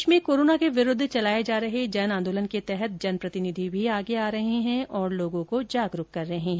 देश में कोरोना के विरूद्ध चलाये जा रहे जन आंदोलन के तहत जनप्रतिनिधि भी आगे आ रहे हैं और लोगों को जागरुक कर रहे है